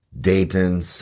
Dayton